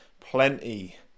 plenty